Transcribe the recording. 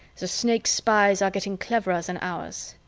the snakes' spies are getting cleverer than ours.